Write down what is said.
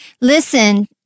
Listen